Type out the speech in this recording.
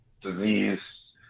disease